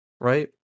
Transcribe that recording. right